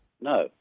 No